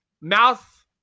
mouth